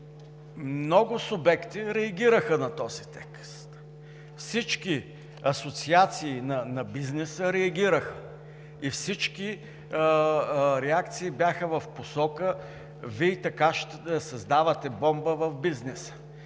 Много субекти реагираха на този текст. Всички асоциации на бизнеса реагираха. Всички реакции бяха в посока: Вие така създавате бомба в бизнеса,